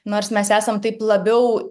nors mes esam taip labiau